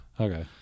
Okay